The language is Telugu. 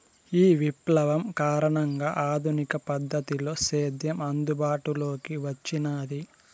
ఈ విప్లవం కారణంగా ఆధునిక పద్ధతిలో సేద్యం అందుబాటులోకి వచ్చినాది